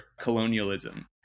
colonialism